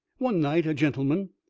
one night, a gentleman,